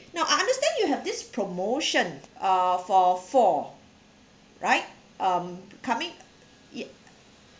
now I understand you have this promotion uh for four right um coming ya